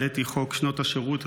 העליתי את חוק שנות השירות,